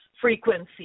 frequency